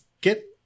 get –